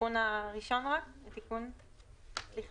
אציג